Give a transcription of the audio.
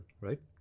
right